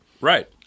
Right